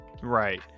Right